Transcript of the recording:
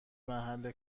محل